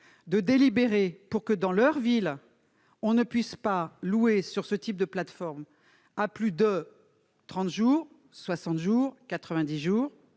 de délibérer pour que, dans leur ville, on ne puisse pas louer sur ce type de plateformes plus de 30 jours, 60 jours ou 90 jours,